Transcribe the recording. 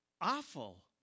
awful